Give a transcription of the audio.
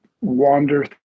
wander